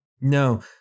No